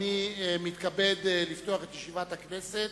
מתכבד לפתוח את ישיבת הכנסת.